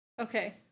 Okay